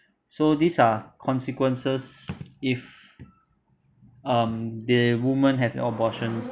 so these are consequences if um the women have an abortion